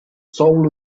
soul